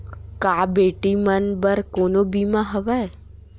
का बेटी मन बर कोनो बीमा हवय?